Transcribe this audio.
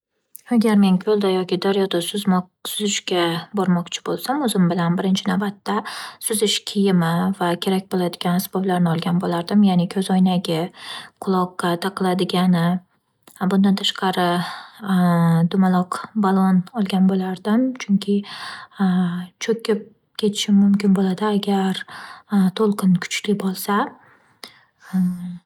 Agar men ko'lda yoki daryoda suzmoq- suzishga bormoqchi bo'lsam, o'zim bilan birinchi navbatda suzish kiyimi va kerak bo'ladigan asboblarni olgan bo'lardim. Ya'ni ko'zoynagi, quloqqa taqiladigani, bundan tashqari, dumaloq balon olgan bo'lardim chunki cho'kib ketishim mumkin bo'ladi agar to'lqin kuchli bo'lsa.